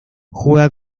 juega